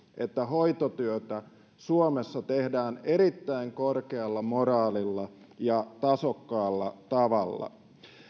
että hoitotyötä suomessa tehdään erittäin korkealla moraalilla ja tasokkaalla tavalla